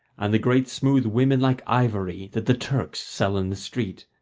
and the great smooth women like ivory that the turks sell in the street.